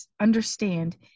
understand